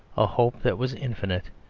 a hope that was infinite,